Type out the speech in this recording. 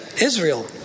Israel